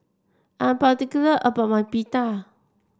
I am particular about my Pita